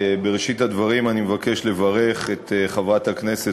בראשית הדברים אני מבקש לברך את חברת הכנסת